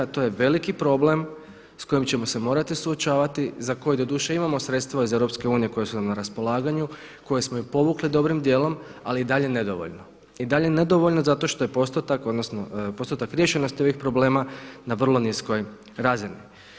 To je veliki problem s kojim ćemo se morati suočavati, za koji doduše imamo sredstva iz EU koja su nam na raspolaganju, koje smo i povukli dobrim djelom ali i dalje nedovoljno, i dalje nedovoljno zato što je postotak odnosno postotak riješenosti ovih problema na vrlo niskoj razini.